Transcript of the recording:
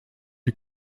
die